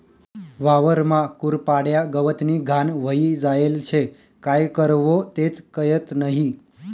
वावरमा कुरपाड्या, गवतनी घाण व्हयी जायेल शे, काय करवो तेच कयत नही?